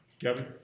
Kevin